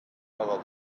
other